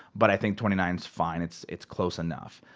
but i think twenty nine s fine, it's it's close enough.